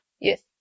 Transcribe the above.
Yes